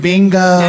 Bingo